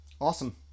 Awesome